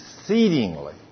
exceedingly